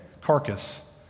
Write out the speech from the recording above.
carcass